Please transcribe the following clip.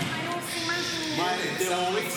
מילא, אם היו עושים משהו, מה, הם טרוריסטים?